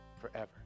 forever